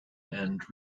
and